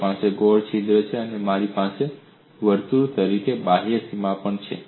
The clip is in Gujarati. મારી પાસે ગોળ છિદ્ર છે અને મારી પાસે વર્તુળ તરીકે બાહ્ય સીમા પણ છે